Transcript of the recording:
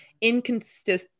inconsistent